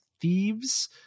Thieves